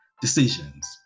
decisions